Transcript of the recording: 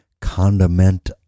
condiment